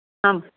आम्